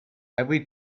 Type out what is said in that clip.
every